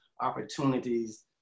opportunities